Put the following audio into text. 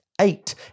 eight